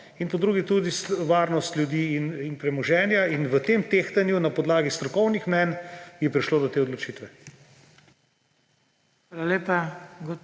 in po drugi tudi varnost ljudi in premoženja. In v tem tehtanju na podlagi strokovnih mnenj je prišlo do te odločitve.